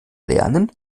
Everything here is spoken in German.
lernen